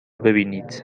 ببینید